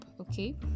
okay